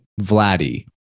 Vladdy